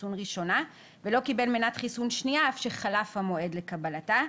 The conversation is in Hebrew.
חיסון ראשונה ולא קיבל מנת חיסון שנייה אף שחלף המועד לקבלתה,